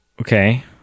Okay